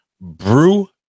Brew